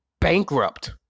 bankrupt